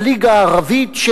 הליגה הערבית,